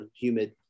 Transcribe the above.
humid